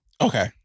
Okay